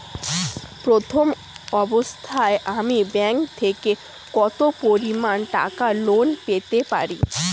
প্রথম অবস্থায় আমি ব্যাংক থেকে কত পরিমান টাকা লোন পেতে পারি?